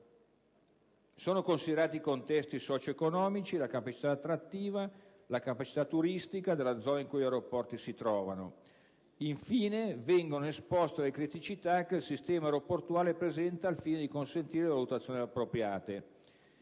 Sono considerati i contesti socio-economici, la capacità attrattiva, la capacità turistica della zona in cui gli aeroporti si trovano. Infine, vengono esposte le criticità che il sistema aeroportuale presenta, al fine di consentire valutazioni appropriate.